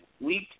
week